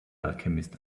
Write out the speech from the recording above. alchemist